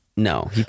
No